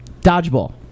dodgeball